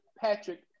Patrick